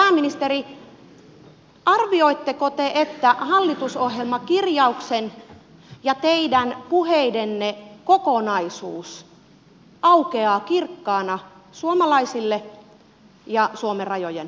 pääministeri arvioitteko te että hallitusohjelmakirjauksen ja teidän puheidenne kokonaisuus aukeaa kirkkaana suomalaisille ja suomen rajojen ulkopuolella